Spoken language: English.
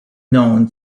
known